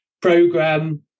program